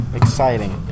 exciting